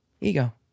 Ego